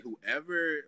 whoever